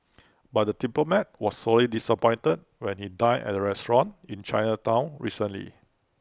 but the diplomat was sorely disappointed when he dined at the restaurant in Chinatown recently